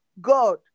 God